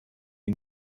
den